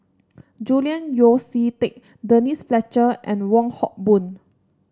Julian Yeo See Teck Denise Fletcher and Wong Hock Boon